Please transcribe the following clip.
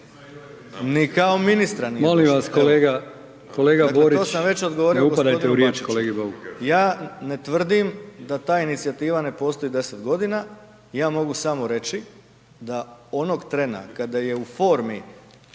Ni kao ministra nije došlo.